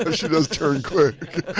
ah she does turn quick.